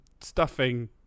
stuffing